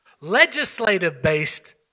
legislative-based